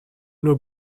nur